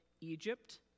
Egypt